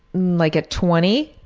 like twenty.